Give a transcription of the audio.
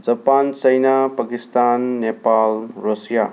Japan China Pakistan Nepal Russia